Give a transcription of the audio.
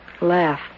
Laugh